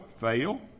fail